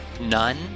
none